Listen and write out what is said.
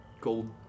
gold